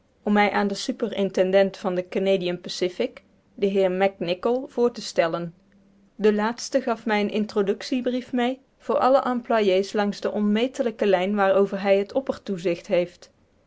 om mij aan den superintendent van de canadian pacific den heer mac nicoll voor te stellen de laatste gaf mij een introductiebrief mee voor alle employés langs de onmetelijke lijn waarover hij het oppertoezicht heeft